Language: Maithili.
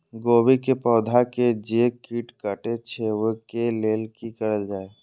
गोभी के पौधा के जे कीट कटे छे वे के लेल की करल जाय?